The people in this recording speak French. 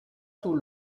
sous